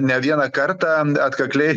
ne vieną kartą atkakliai